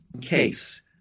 case